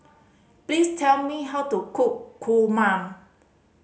please tell me how to cook kurma